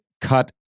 cut